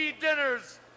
dinners